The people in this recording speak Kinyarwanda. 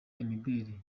imideli